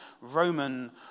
Roman